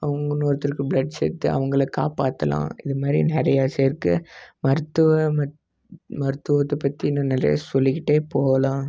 அவங்க இன்னொருத்தருக்கு ப்ளட் சேர்த்து அவங்கள காப்பாற்றலாம் இது மாதிரி நிறைய சேர்க்க மருத்துவ மருத்துவத்தை பற்றி இன்னும் நிறையா சொல்லிக்கிட்டே போகலாம்